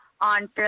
on